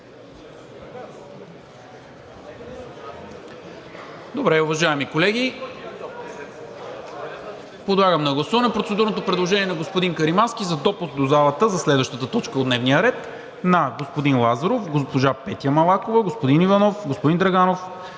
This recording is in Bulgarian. МИНЧЕВ: Уважаеми колеги, подлагам на гласуване процедурното предложение на господин Каримански за допуск до залата за следващата точка от дневния ред на: господин Лазаров, госпожа Петя Малакова, господин Иванов, господин Драганов,